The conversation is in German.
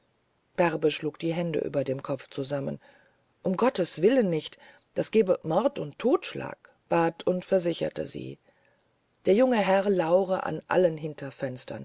bärbe schlug die hände über dem kopfe zusammen um gotteswillen nicht das gäbe mord und totschlag bat und versicherte sie der junge herr lauere an allen